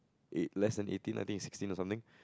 eight~ less than eighteen I think it's sixteen or something